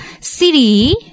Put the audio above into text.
city